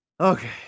Okay